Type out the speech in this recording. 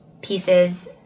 pieces